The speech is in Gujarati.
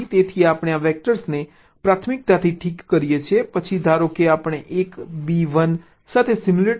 તેથી આપણે આ વેક્ટર્સને પ્રાથમિકતાથી ઠીક કરીએ છીએ પછી ધારો કે આપણે 1 b 1 સાથે સિમ્યુલેટ કરવા માંગીએ છીએ